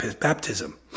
baptism